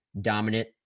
dominant